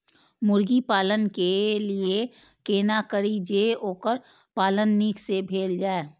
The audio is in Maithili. मुर्गी पालन के लिए केना करी जे वोकर पालन नीक से भेल जाय?